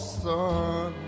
son